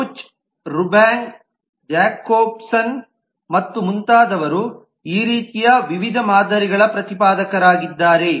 Booch Rumbaugh Jacobson ಮತ್ತು ಮುಂತಾದವರು ಈ ರೀತಿಯ ವಿವಿಧ ಮಾದರಿಗಳ ಪ್ರತಿಪಾದಕರಾಗಿದ್ದಾರೆ